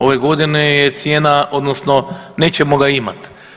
Ove godine je cijena odnosno nećemo ga imati.